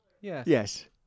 Yes